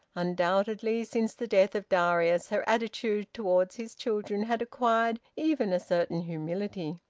undoubtedly since the death of darius her attitude towards his children had acquired even a certain humility.